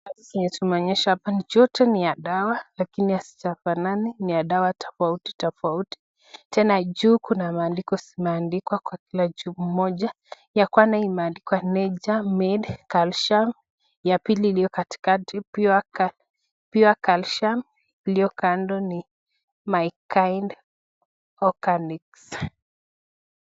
Chupa zenye tunaona hapa yote ni ya dawa lakini hazifanani ni ya dawa tofauti tofauti tena juu kuna maandiko zimeamdikwa kwa kila moja ya kona imeandikwa major made calcium , ya pili ilito katikati pure calcium iliyo kando ni my kind organics .